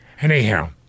Anyhow